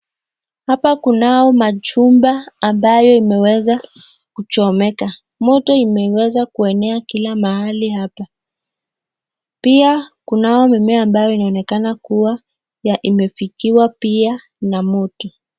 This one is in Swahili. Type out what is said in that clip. Hapa kunao majumba ambayo imeweza kuchomeka. Moto imeweza kuenea kila mahali hapa. Pia kunao mimea ambayo inaonekana kuwa imefikiwa pia na moto.